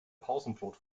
pausenbrot